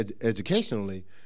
educationally